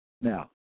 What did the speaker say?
Now